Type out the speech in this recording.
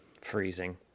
Freezing